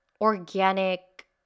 organic